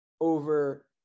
over